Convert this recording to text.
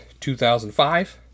2005